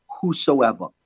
Whosoever